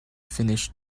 finish